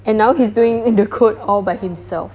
and now he's doing uh the code all by himself